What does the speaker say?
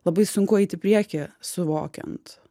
labai sunku eit į priekį suvokiant